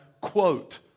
quote